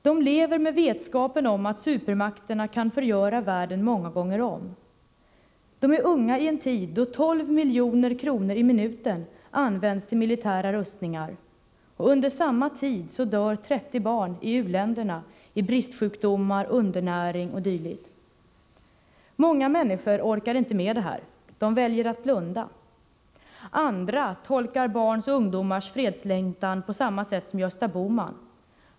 De lever med vetskapen om att supermakterna kan förgöra världen många gånger om. De är unga i en tid då 12 milj.kr. i minuten används till militära rustningar — under samma tid dör 30 barn i u-länderna genom bristsjukdomar, undernäring o. d. Många människor orkar inte med det här. De väljer att blunda. Andra tolkar barns och ungdomars fredslängtan på samma sätt som Gösta Bohman.